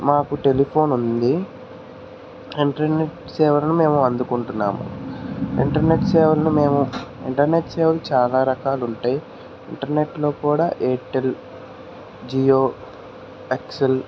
మాకు టెలిఫోన్ ఉంది ఇంటర్నెట్ సేవలను మేము అందుకుంటున్నాము ఇంటర్నెట్ సేవలు మేము ఇంటర్నెట్ సేవలు చాలా రకాలు ఉంటాయి ఇంటర్నెట్లో కూడా ఎయిర్టెల్ జియో ఎక్సెల్